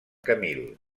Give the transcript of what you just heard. camil